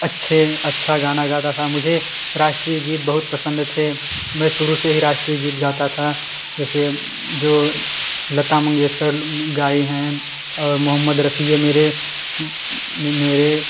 अच्छे अच्छा गाना गाता था मुझे राष्ट्रीय गीत बहुत पसंद थे मैं शुरू से ही राष्ट्रीय गीत गाता था जैसे जो लता मंगेशकर गई है मोहम्मद रफी ये मेरे मेरे